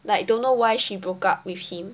like don't know why she broke up with him